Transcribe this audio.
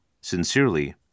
Sincerely